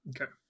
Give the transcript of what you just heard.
okay